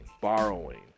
borrowing